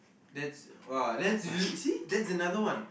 that's !wah! that's you see that's another one